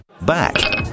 Back